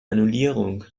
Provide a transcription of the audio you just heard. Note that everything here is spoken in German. annullierung